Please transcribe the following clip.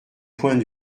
point